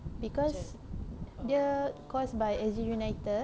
because dia course by S_G united